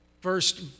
first